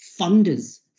funders